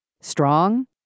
strong